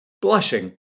Blushing